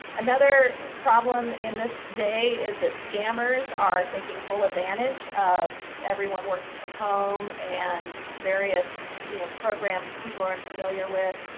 another problem in this day, is that scammers are taking full advantage of everyone working from home and various you know programs that people are unfamiliar with.